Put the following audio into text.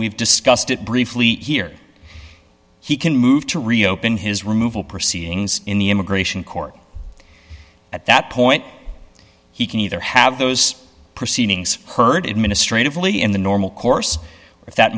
we've discussed it briefly here he can move to reopen his removal proceedings in the immigration court at that point he can either have those proceedings heard administratively in the normal course if that